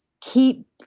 Keep